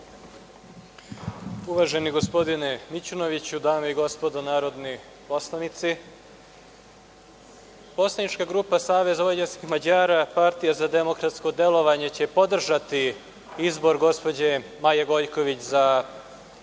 Uvaženi gospodine Mićunoviću, dame i gospodo narodni poslanici, poslanička grupa SVM - Partija za demokratsko delovanje će podržati izbor gospođe Maje Gojković za